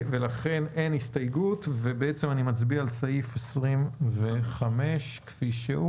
ולכן אין הסתייגות ואני מצביע על סעיף 25 כפי שהוא.